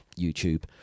YouTube